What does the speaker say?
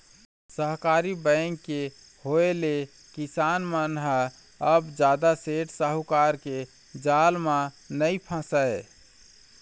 सहकारी बेंक के होय ले किसान मन ह अब जादा सेठ साहूकार के जाल म नइ फसय